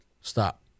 Stop